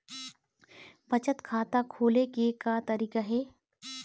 बचत खाता खोले के का तरीका हे?